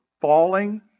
falling